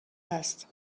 هست